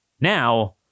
Now